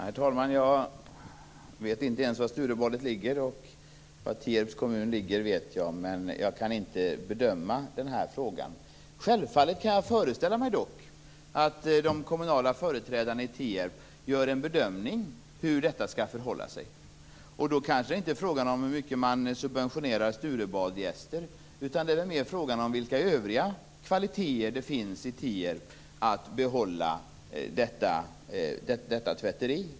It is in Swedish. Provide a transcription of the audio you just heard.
Herr talman! Jag vet inte ens var Sturebadet ligger. Var Tierps kommun ligger vet jag, men jag kan inte bedöma den här frågan. Självfallet kan jag dock föreställa mig att de kommunala företrädarna i Tierp gör en bedömning av hur detta skall förhålla sig. Då kanske det inte är fråga om hur mycket man subventionerar Sturebadsgäster, utan det är mer fråga om vilka övriga kvaliteter det finns för Tierp med att behålla detta tvätteri.